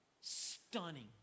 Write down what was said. stunning